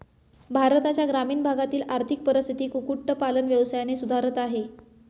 भारताच्या ग्रामीण भागातील आर्थिक परिस्थिती कुक्कुट पालन व्यवसायाने सुधारत आहे